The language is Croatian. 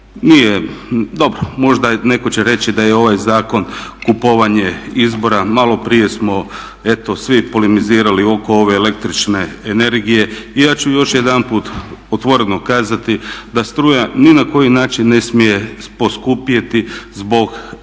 Nije, dobro, možda netko će reći da je ovaj zakon kupovanje izbora, malo prije smo eto svi polemizirali oko ove električne energije. I ja ću još jedanput otvoreno kazati da struja ni na koji način ne smije poskupjeti zbog vaučera. Ona ne smije